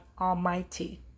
Almighty